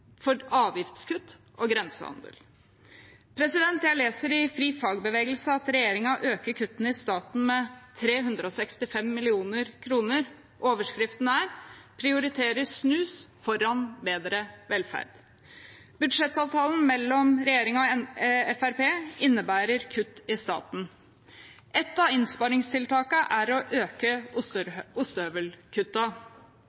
for avgiftskutt og grensehandel. Jeg leser i FriFagbevegelse at regjeringen øker kuttene i staten med 365 mill. kr. Overskriften er: Prioriterer snus foran bedre velferd. Budsjettavtalen mellom regjeringen og Fremskrittspartiet innebærer kutt i staten. Et av innsparingstiltakene er å øke